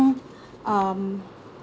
uh um